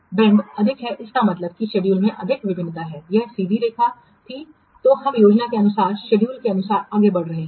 तो यह मोड़ अधिक है इसका मतलब है कि शेड्यूल से अधिक भिन्नता है यह सीधी रेखा थी तो हम योजना के अनुसार शेड्यूल के अनुसार आगे बढ़ रहे हैं